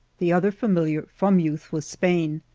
the other familiar from youth with spain,